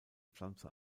pflanze